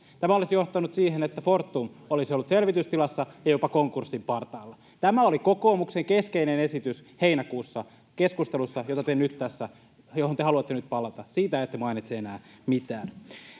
Tämä olisi johtanut siihen, että Fortum olisi ollut selvitystilassa ja jopa konkurssin partaalla. Tämä oli kokoomuksen keskeinen esitys heinäkuussa keskustelussa, johon te haluatte nyt palata — siitä ette mainitse enää mitään.